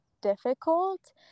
difficult